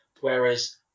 Whereas